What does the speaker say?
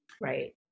Right